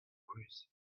ruz